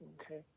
Okay